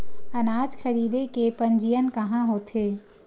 अनाज खरीदे के पंजीयन कहां होथे?